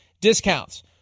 discounts